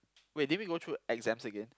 wait did we go through exams again